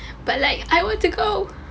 but like I want to go